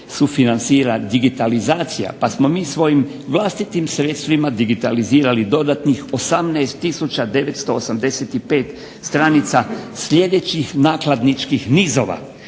sufinancira digitalizacija, pa smo mi svojim vlastitim sredstvima digitalizirali dodatnih 18985 stranica sljedećih nakladničkih nizova: